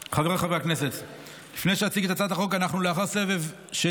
זיהוי ביומטריים במסמכי זיהוי